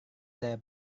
saya